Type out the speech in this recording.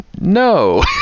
no